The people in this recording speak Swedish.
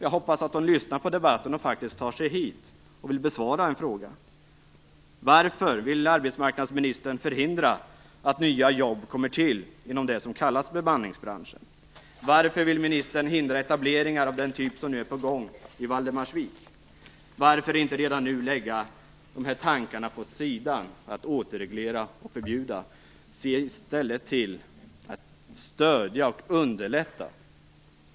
Jag hoppas att hon lyssnar på debatten och faktiskt tar sig hit och vill besvara frågorna: Varför vill arbetsmarknadsministern förhindra att nya jobb kommer till inom det som kallas bemanningsbranschen? Varför vill ministern hindra etableringar av den typ som nu är på gång i Valdemarsvik? Varför inte redan nu lägga tankarna på att återreglera och förbjuda åt sidan? Se i stället till att stödja och underlätta!